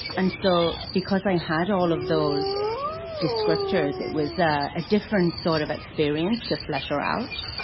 and so because i had all of those descriptors, it was a different sort of experience to flesh her out.